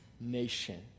nation